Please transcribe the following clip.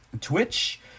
Twitch